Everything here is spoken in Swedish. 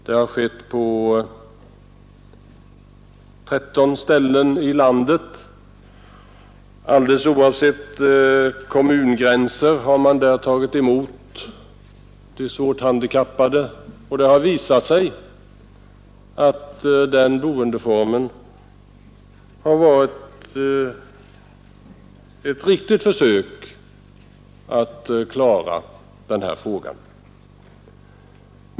Det har skett på 13 ställen i landet. Alldeles oavsett kommungränser har man där tagit emot svårt handikappade, och det har visat sig att den boendeformen varit ett riktigt försök att klara den här frågan.